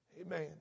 Amen